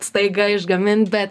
staiga išgamint bet